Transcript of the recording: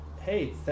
hey